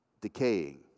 decaying